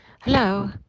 Hello